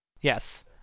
Yes